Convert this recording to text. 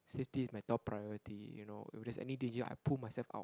safety is my top priority you know if there's any danger I pull myself out